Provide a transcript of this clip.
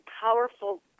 powerful